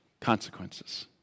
consequences